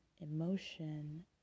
emotion